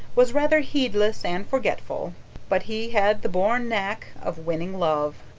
was rather heedless and forgetful but he had the born knack of winning love,